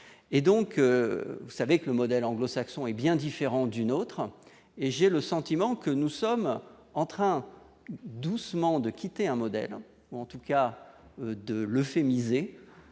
et donc vous savez que le modèle anglo-saxon est bien différent du nôtre et j'ai le sentiment que nous sommes en train, doucement, de quitter un modèle ou en tout cas de l'euphémisé